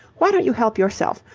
why don't you help yourself?